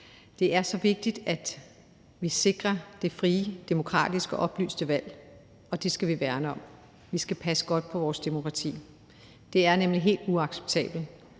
Det er så vigtigt, at vi sikrer det frie, demokratiske, oplyste valg, og det skal vi værne om. Vi skal passe godt på vores demokrati. Det er nemlig helt uacceptabelt